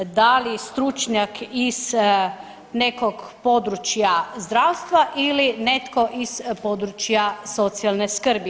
Da li stručnjak iz nekog područja zdravstva ili netko iz područja socijalne skrbi?